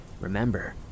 Remember